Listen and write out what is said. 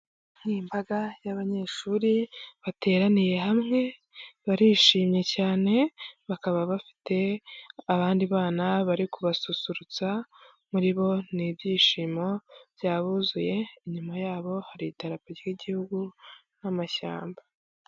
Ni imbaga y'abanyeshuri bateraniye hamwe barishimye cyane bakaba bafite abandi bana bari kubasusurutsa muri bo n'ibyishimo byabuzuye inyuma yabo hari idarapo ryigihugu n'amashyamba.